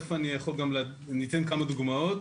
ותיכף אני אתן כמה דוגמאות,